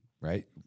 right